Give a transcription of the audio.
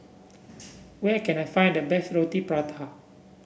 where can I find the best Roti Prata